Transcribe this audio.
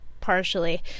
partially